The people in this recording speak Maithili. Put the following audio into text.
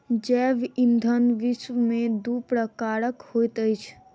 जैव ईंधन विश्व में दू प्रकारक होइत अछि